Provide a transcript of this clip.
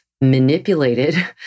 manipulated